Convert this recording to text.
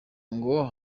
ngo